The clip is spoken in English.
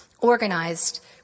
organized